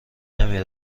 نمی